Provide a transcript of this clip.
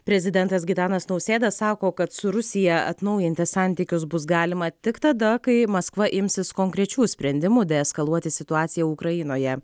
prezidentas gitanas nausėda sako kad su rusija atnaujinti santykius bus galima tik tada kai maskva imsis konkrečių sprendimų deeskaluoti situaciją ukrainoje